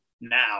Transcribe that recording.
now